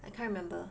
I can't remember